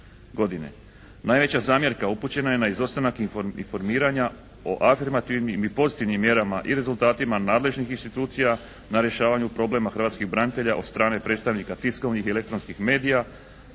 Najveća zamjerka upućena je na izostanak informiranja o afirmativnim i pozitivnim mjerama i rezultatima nadležnih institucija na rješavanju problema hrvatskih branitelja od strane predstavnika tiskovnih i elektronskih medija,